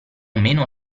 meno